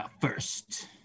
First